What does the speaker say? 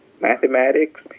mathematics